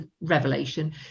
revelation